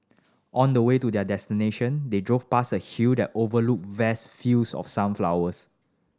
on the way to their destination they drove past a hill that overlooked vast fields of sunflowers